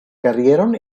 karieron